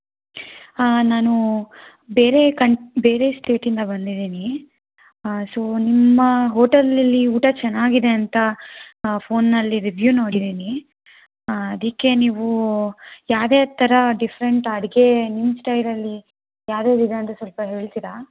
ನಾನು ಬೇರೆ ಕನ್ ಬೇರೆ ಸ್ಟೇಟಿಂದ ಬಂದಿದ್ದೀನಿ ಸೋ ನಿಮ್ಮ ಹೋಟೆಲ್ಲಲ್ಲಿ ಊಟ ಚೆನ್ನಾಗಿದೆ ಅಂತ ಫೋನ್ನಲ್ಲಿ ರಿವ್ಯೂ ನೋಡಿದ್ದೀನಿ ಅದಕ್ಕೆ ನೀವು ಯಾವ್ಯಾವ ಥರ ಡಿಫ್ರೆಂಟ್ ಅಡುಗೆ ನಿಮ್ಮ ಸ್ಟೈಲಲ್ಲಿ ಯಾವ್ಯಾವ್ದು ಇದೆ ಅಂತ ಸ್ವಲ್ಪ ಹೇಳ್ತೀರಾ